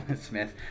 Smith